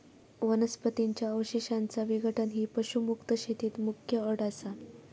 वनस्पतीं च्या अवशेषांचा विघटन ही पशुमुक्त शेतीत मुख्य अट असा